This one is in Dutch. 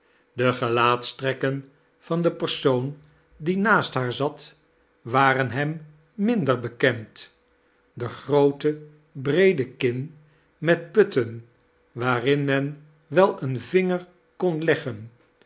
de gelaatstrekken van den persoon die naast liaar zat waren hem minder bekend de groote breede kin met putten waarin men wel een yinger kon leggen